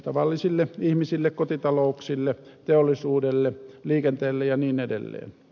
tavallisille ihmisille kotitalouksille teollisuudelle liikenteelle ja niin edelleen